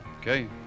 Okay